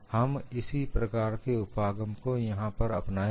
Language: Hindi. हम इसी प्रकार के उपागम को यहां पर अपनाएंगे